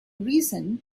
reason